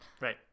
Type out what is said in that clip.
Right